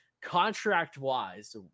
Contract-wise